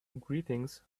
greetings